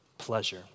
Pleasure